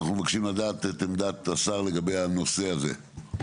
אנחנו מבקשים לדעת את עמדת השר לגבי הנושא הזה.